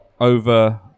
Over